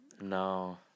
No